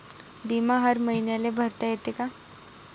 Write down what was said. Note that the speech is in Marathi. बिमा हर मईन्याले भरता येते का?